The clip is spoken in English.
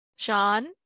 sean